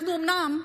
אנחנו אומנם,